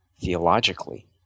theologically